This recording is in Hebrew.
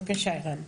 בבקשה, ערן.